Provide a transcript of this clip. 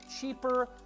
cheaper